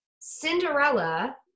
Cinderella